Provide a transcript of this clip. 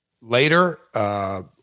later